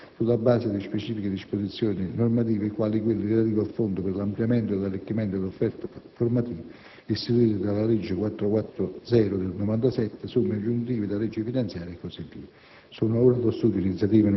nel corso dell'anno, sulla base di specifiche disposizioni normative, quali quelli relativi al fondo per l'ampliamento e l'arricchimento dell'offerta formativa istituito dalla legge n. 440 del 1997, somme aggiuntive da legge finanziaria, e così via.